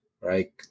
right